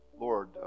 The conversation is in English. Lord